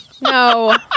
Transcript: No